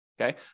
Okay